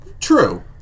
True